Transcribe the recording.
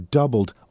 doubled